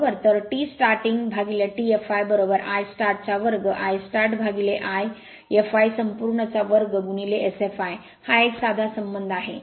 बरोबर तर T startingT flI start 2I startI fl संपूर्ण 2 Sfl हा एक साधा संबंध आहे